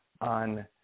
on